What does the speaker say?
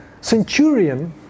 centurion